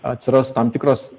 atsiras tam tikros